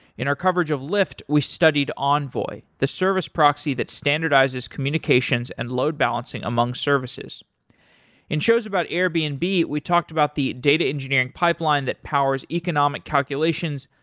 in our coverage of lyft, we studied envoy the service proxy that standardizes communications and load balancing among services in shows about airbnb, and we talked about the data engineering pipeline that powers economic calculations,